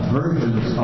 versions